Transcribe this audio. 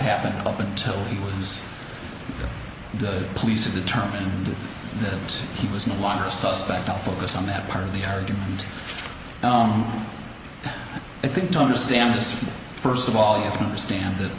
happened up until it was the police are determined that he was no longer a suspect i'll focus on that part of the argument i think to understand just first of all you can stand it